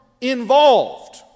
involved